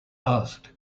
asked